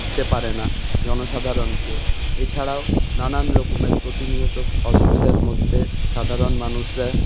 দিতে পারে না জনসাধারণকে এছাড়াও নানানরকমের প্রতিনিয়ত অসুবিধার মধ্যে সাধারণ মানুষরা